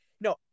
no